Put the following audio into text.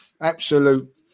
absolute